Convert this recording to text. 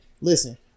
listen